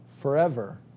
Forever